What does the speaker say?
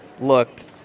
looked